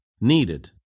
needed